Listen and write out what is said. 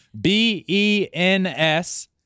B-E-N-S